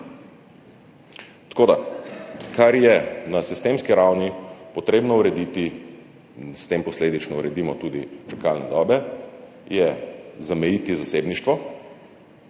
Tako da, kar je na sistemski ravni potrebno urediti, in s tem posledično uredimo tudi čakalne dobe, je zamejiti zasebništvo.